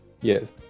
yes